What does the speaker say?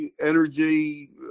energy